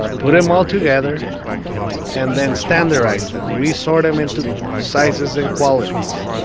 ah put them all together and then standardize them. we sort them into sizes and qualities.